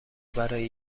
برای